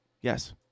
Yes